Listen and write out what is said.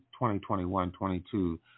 2021-22